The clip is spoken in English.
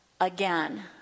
again